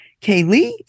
Kaylee